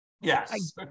Yes